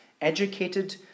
educated